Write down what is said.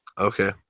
Okay